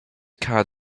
card